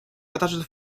attached